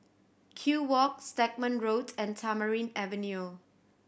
Kew Walk Stagmont Road and Tamarind Avenue